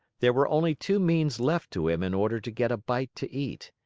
there were only two means left to him in order to get a bite to eat.